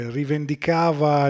rivendicava